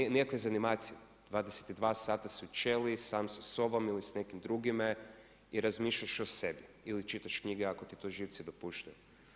Nema nikakve zanimacije, 22 sata si u ćeliji sam sa sobom ili sa nekim drugime i razmišljaš o sebi ili čitaš knjige ako ti to živci dopuštaju.